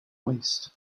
waste